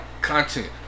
content